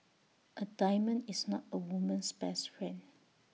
A diamond is not A woman's best friend